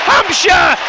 Hampshire